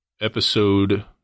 episode